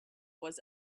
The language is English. was